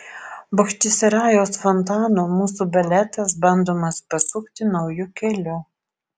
bachčisarajaus fontanu mūsų baletas bandomas pasukti nauju keliu